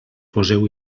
poseu